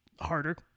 harder